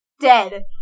Dead